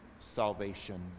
salvation